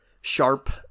sharp